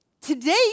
Today